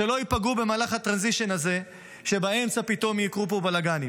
שלא ייפגעו במהלך הטרנזישן הזה שבאמצע פתאום יקרו פה בלגנים,